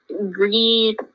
greed